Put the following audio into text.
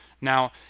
Now